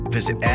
Visit